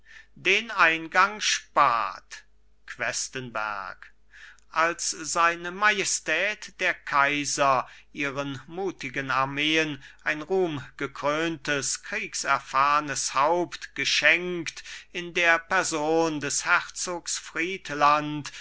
den eingang spart questenberg als seine majestät der kaiser ihren mutigen armeen ein ruhmgekröntes kriegserfahrnes haupt geschenkt in der person des herzogs friedland